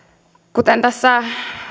kuten tässä